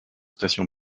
station